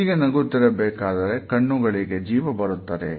ಹೀಗೆ ನಗುತ್ತಿರಬೇಕಾದರೆ ಕಣ್ಣುಗಳಿಗೆ ಜೀವ ಬರುತ್ತದೆ